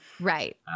right